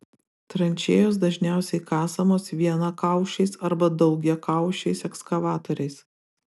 tranšėjos dažniausiai kasamos vienakaušiais arba daugiakaušiais ekskavatoriais